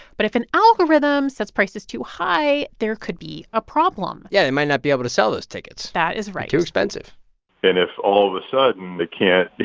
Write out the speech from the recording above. but if an algorithm sets prices too high, there could be a problem yeah. they might not be able to sell those tickets that is right too expensive and if all of a sudden they can't